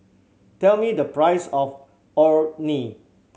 tell me the price of Orh Nee